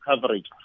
coverage